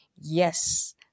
Yes